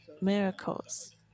miracles